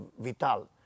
Vital